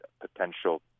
potential